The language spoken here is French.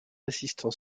assistant